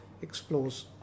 explores